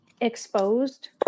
exposed